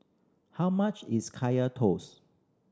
how much is Kaya Toast